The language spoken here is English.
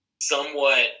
somewhat